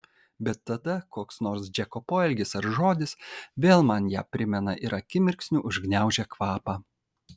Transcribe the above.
bet tada koks nors džeko poelgis ar žodis vėl man ją primena ir akimirksniu užgniaužia kvapą